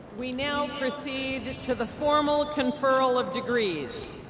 we now proceed to the formal conferral of degrees.